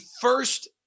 first